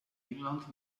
england